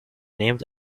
named